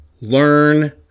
learn